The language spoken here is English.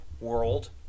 world